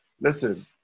listen